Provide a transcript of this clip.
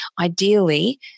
ideally